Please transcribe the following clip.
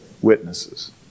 witnesses